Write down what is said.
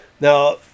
Now